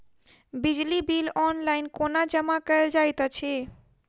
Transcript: बिजली bill online कोना जमा कएल जाइत अछि?